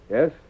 Yes